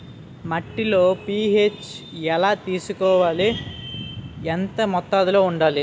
మట్టిలో పీ.హెచ్ ఎలా తెలుసుకోవాలి? ఎంత మోతాదులో వుండాలి?